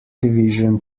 division